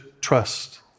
trust